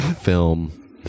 film